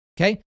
Okay